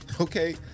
Okay